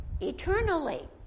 eternally